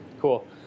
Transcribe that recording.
cool